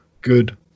good